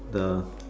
the